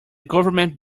government